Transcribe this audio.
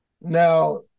Now